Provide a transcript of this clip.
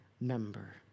member